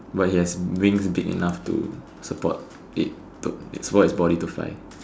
but he has wings big enough to support it its body to fly